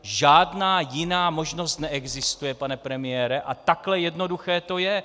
Žádná jiná možnost neexistuje, pane premiére, a takhle jednoduché to je.